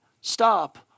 stop